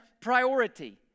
priority